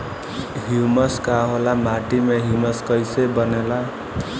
Humus का होला माटी मे ह्यूमस कइसे बनेला?